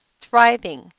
Thriving